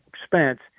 expense